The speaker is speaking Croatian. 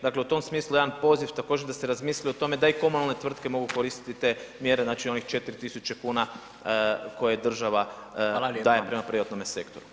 Dakle, u tom smislu jedan poziv također da se razmisli o tome da i komunalne tvrtke mogu koristiti te mjere znači onih 4.000 kuna koje država daje prema privatnome sektoru.